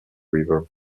river